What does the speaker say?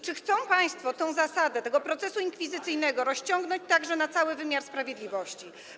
Czy chcą państwo tę zasadę procesu inkwizycyjnego rozciągnąć także na cały wymiar sprawiedliwości?